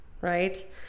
right